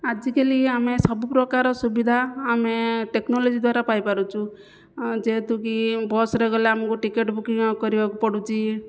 ଆଜିକାଲି ଆମେ ସବୁ ପ୍ରକାର ସୁବିଧା ଆମେ ଟେକ୍ନୋଲୋଜି ଦ୍ଵାରା ପାଇପାରୁଛୁ ଯେହେତୁ କି ବସ୍ରେ ଗଲେ ଆମକୁ ଟିକେଟ୍ ବୁକିଂ କରିବାକୁ ପଡ଼ୁଛି